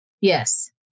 Yes